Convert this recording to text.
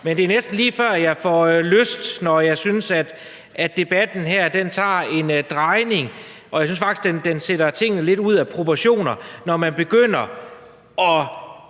Men det er næsten lige før, jeg får lyst til det, når jeg synes, at debatten her tager en drejning. Jeg synes faktisk, at det blæser tingene lidt ud af proportioner, når man begynder at